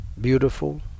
beautiful